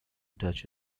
touch